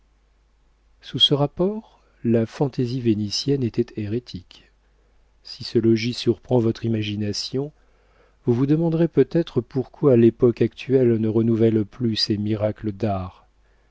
sous ce rapport la fantaisie vénitienne était hérétique si ce logis surprend votre imagination vous vous demanderez peut-être pourquoi l'époque actuelle ne renouvelle plus ces miracles d'art